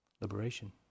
liberation